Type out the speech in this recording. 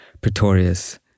Pretorius